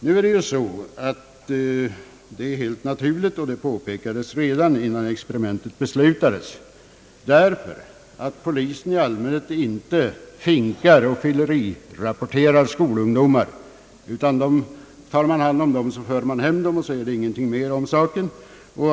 Men detta är ju helt naturligt, och det påpekades redan när experimentet beslutades. Polisen finkar och fyllerirapporterar i allmänhet inte skolungdomar. Tar man hand om sådana, för man hem dem och säger ingenting mer om saken.